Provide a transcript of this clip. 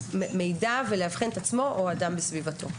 מידע ולאבחן את עצמו או אדם בסביבתו.